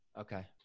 Okay